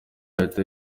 ahita